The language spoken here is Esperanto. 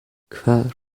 kvar